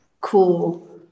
cool